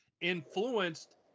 influenced